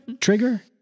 Trigger